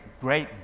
great